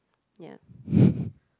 ya